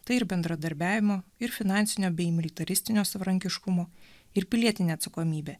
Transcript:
tai ir bendradarbiavimo ir finansinio bei militaristinio savarankiškumo ir pilietinė atsakomybė